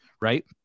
Right